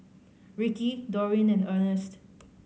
Ricky Dorine and Earnest